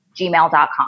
gmail.com